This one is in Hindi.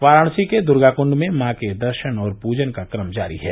वाराणसी के दर्गाक्ड में मां के दर्शन और पूजन का कम जारी है